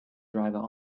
driver